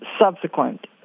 subsequent